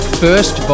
first